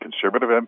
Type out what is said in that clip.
Conservative